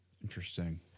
Interesting